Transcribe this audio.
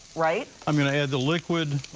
right? i'm going to add the liquid.